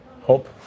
Hope